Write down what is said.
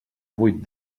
vuit